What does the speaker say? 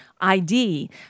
ID